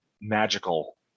magical